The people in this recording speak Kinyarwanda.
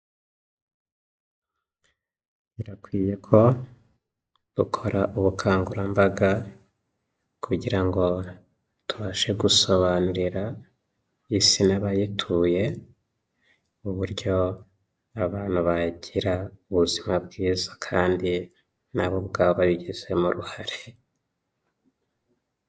Birakwiye ko dukora ubukangurambaga, kugira ngo tubashe gusobanurira isi n'abayituye, uburyo abantu bagira ubuzima bwiza kandi na bo ubwabo babigizemo uruhare.